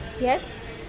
yes